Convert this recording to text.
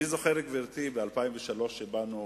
אני זוכר, גברתי, ב-2003, כשבאנו